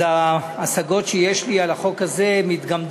אז ההשגות שיש לי על החוק הזה מתגמדות